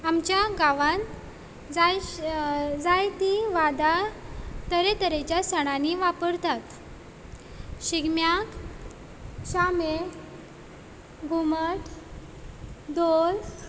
आमच्या गांवांत जाय जायतीं वादां तरे तरेच्या सणांनी वापरतात शिगम्याक शामेळ घुमट धोल